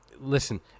Listen